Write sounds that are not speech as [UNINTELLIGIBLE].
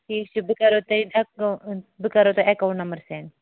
ٹھیٖک چھُ بہٕ کَرو تۄہہِ [UNINTELLIGIBLE] بہٕ کَرو تۄہہِ اٮ۪کاوُنٛٹ نَمبَر سٮ۪نٛڈ